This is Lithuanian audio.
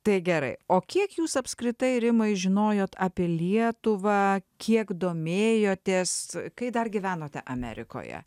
tai gerai o kiek jūs apskritai rimai žinojot apie lietuvą kiek domėjotės kai dar gyvenote amerikoje